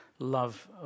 love